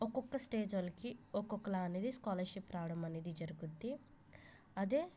ఒక్కొక్క స్టేజ్ వాళ్ళకి ఒక్కొక్కలాగా అనేది స్కాలర్షిప్ రావడం అనేది జరుగుద్ది అదే